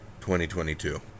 2022